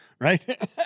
right